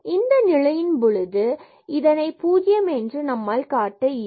இந்த நிலையில் பொழுது இதனை 0 என்று நம்மால் காட்ட இயலும்